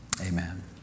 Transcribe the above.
Amen